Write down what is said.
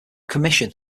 commission